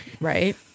Right